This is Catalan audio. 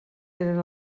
eren